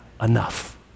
enough